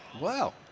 Wow